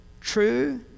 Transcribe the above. True